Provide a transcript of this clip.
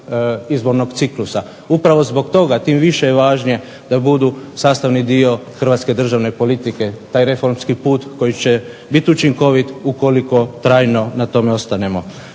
izbornog ciklusa. Upravo zbog toga, tim više je važnije da budu sastavni dio hrvatske državne politike. Taj reformski put koji će biti učinkovit ukoliko trajno na tome ostanemo.